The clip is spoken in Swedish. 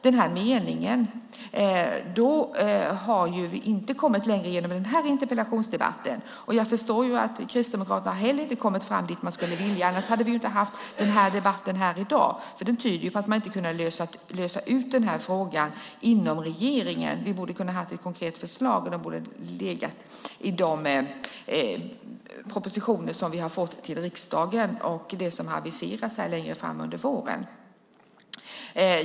Då har vi inte kommit längre genom den här interpellationsdebatten. Jag förstår att Kristdemokraterna inte heller har kommit fram dit de skulle vilja; annars hade vi inte haft den här debatten här i dag. Den tyder på att man inte har kunnat lösa ut frågan inom regeringen. Vi borde ha kunnat ha ett konkret förslag. Det borde ha legat i någon av de propositioner som vi har fått till riksdagen eller som aviserats till längre fram under våren.